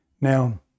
Now